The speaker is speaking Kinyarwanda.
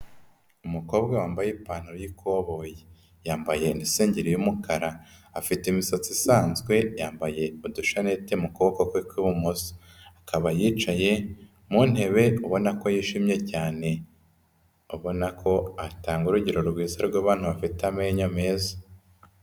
Umukobwa wambaye ipantaro y'ikoboyi, yambaye n'isengeri y'umukara. Afite imisatsi isanzwe, yambaye udushanete mu kuboko kwe kw'ibumoso. Akaba yicaye mu ntebe ubona ko yishimye cyane, abona ko atanga urugero rwiza rw'abantu bafite amenyo meza.